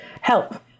help